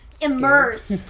immersed